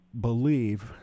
believe